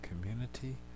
community